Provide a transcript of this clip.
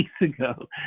ago